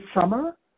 summer